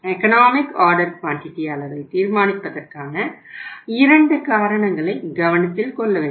economic order quantity அளவை தீர்மானிப்பதற்கான 2 காரணங்களை கவனத்தில் கொள்ள வேண்டும்